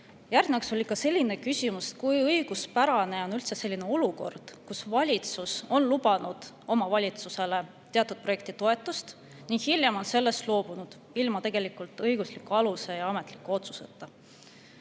Järgnevaks on selline küsimus: kui õiguspärane on üldse olukord, kus valitsus on lubanud omavalitsusele teatud projekti toetust ning hiljem on sellest ilma õigusliku aluse ja ametliku otsuseta